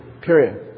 Period